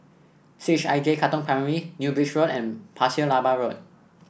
C H I J Katong Primary New Bridge Road and Pasir Laba Road